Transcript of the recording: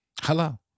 Hello